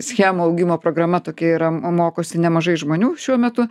schemų augimo programa tokia yra mokosi nemažai žmonių šiuo metu